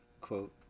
Quote